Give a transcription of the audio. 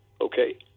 Okay